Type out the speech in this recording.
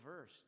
verse